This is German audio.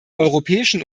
europäischen